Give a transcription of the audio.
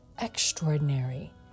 extraordinary